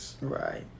Right